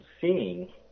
seeing